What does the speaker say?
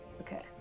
Okay